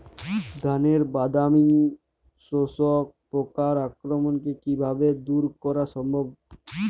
ধানের বাদামি শোষক পোকার আক্রমণকে কিভাবে দূরে করা সম্ভব?